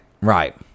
Right